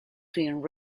twin